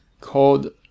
called